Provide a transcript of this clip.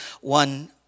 one